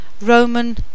Roman